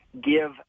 give